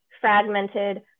fragmented